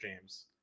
James